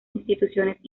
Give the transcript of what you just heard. instituciones